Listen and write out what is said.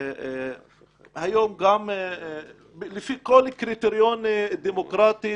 היום גם לפי כל קריטריון דמוקרטי,